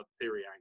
theory